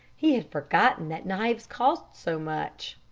he had forgotten that knives cost so much.